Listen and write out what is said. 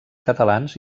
catalans